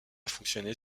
fonctionner